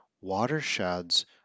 watersheds